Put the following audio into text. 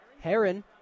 Heron